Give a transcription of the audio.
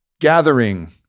gathering